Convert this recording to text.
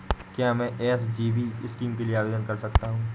क्या मैं SGB scheme के लिए आवेदन कर सकता हूँ?